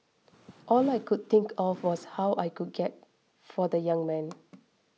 all I could think of was how I could get help for the young man